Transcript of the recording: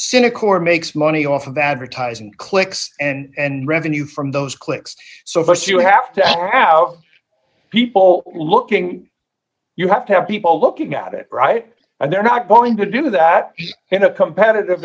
cynic or makes money off of advertising clicks and revenue from those clicks so st you have to are out people looking you have to have people looking at it right and they're not going to do that in a competitive